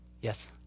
Yes